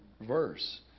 verse